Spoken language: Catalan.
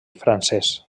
francès